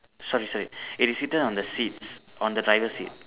sorry sorry it is seated on the seats on the driver seat